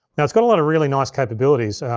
now it's got a lot of really nice capabilities.